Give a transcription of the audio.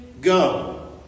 go